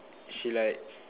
she like